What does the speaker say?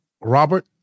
robert